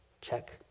check